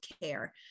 care